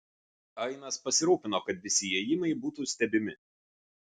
ainas pasirūpino kad visi įėjimai būtų stebimi